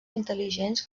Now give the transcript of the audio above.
intel·ligents